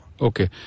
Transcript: Okay